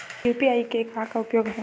UPI के का उपयोग हवय?